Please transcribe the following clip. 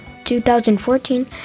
2014